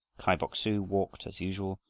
kai bok-su walked, as usual,